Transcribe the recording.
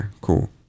cool